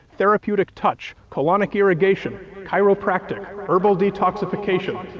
therapeutic touch. colonic irrigation. chiropractic. herbal detoxification.